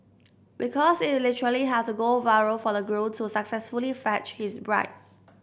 because it literally had to go viral for the groom to successfully fetch his bride